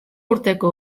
urteko